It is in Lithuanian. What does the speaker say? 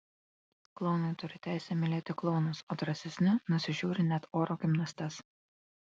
klounai turi teisę mylėti klounus o drąsesni nusižiūri net oro gimnastes